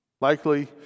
Likely